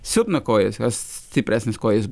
silpna kojas stipresnis kojas